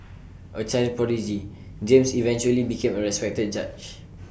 A child prodigy James eventually became A respected judge